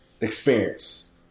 experience